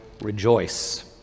rejoice